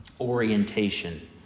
orientation